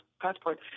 passport